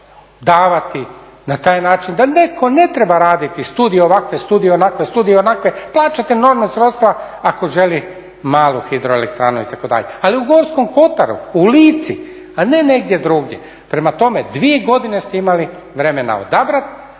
da netko ne treba raditi studije ovakve, studije onakve, plaćati enormna sredstva ako želi malu hidroelektranu itd. Ali u Gorskom kotaru, u Lici, a ne negdje drugdje. Prema tome, dvije godine ste imali vremena odabrati